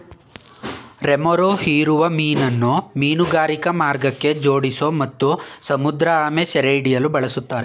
remora ಹೀರುವ ಮೀನನ್ನು ಮೀನುಗಾರಿಕಾ ಮಾರ್ಗಕ್ಕೆ ಜೋಡಿಸೋ ಮತ್ತು ಸಮುದ್ರಆಮೆ ಸೆರೆಹಿಡಿಯಲು ಬಳುಸ್ತಾರೆ